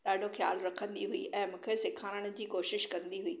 ॾाढो ख़्यालु रखंदी हुई ऐं मूंखे सेखारण जी कोशिशि कंदी हुई